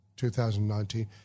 2019